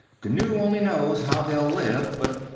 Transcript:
ghu only knows how they'll live, but.